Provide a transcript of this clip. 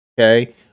okay